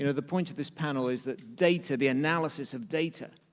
you know the point of this panel is that data, the analysis of data,